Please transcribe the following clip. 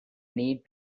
need